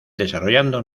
desarrollando